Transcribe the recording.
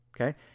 okay